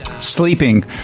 sleeping